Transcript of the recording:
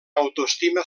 autoestima